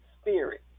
spirit